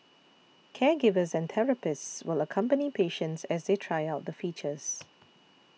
caregivers and therapists will accompany patients as they try out the features